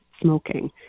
smoking